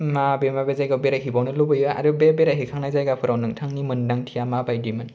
माबे माबे जायगायाव बेरायहैबावनो लुबैयो आरो बे बेरायहैखांनाय जायगाव नोंथांनि मोनदांथिआ माबायदि मोन